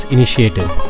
Initiative